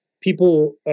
people